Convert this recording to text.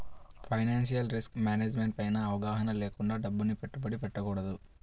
financial risk management పైన అవగాహన లేకుండా డబ్బుని పెట్టుబడి పెట్టకూడదు